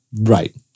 Right